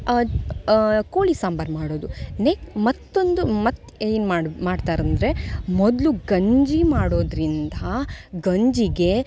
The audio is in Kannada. ಕೋಳಿ ಸಾಂಬಾರ್ ಮಾಡೋದು ನೆಕ್ ಮತ್ತೊಂದು ಮತ್ತು ಏನು ಮಾಡ ಮಾಡ್ತಾರಂದರೆ ಮೊದಲು ಗಂಜಿ ಮಾಡೋದರಿಂದ ಗಂಜಿಗೆ